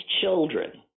children